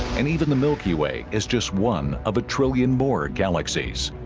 and even the milky way is just one of a trillion more galaxies